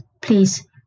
please